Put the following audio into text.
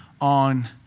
on